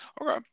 Okay